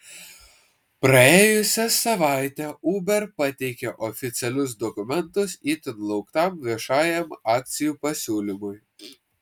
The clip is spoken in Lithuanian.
praėjusią savaitę uber pateikė oficialius dokumentus itin lauktam viešajam akcijų pasiūlymui